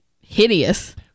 hideous